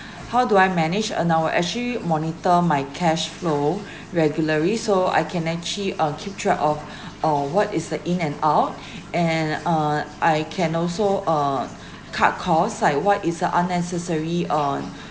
how do I manage and I will actually monitor my cash flow regularly so I can actually uh keep track of on what is uh in and out and uh I can also uh cut cost like what is the unnecessary on